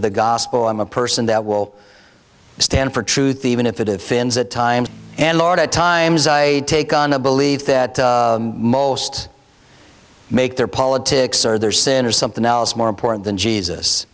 of the gospel i'm a person that will stand for truth even if it offends at times and lot of times i take on a belief that most make their politics or their sin or something else more important than jesus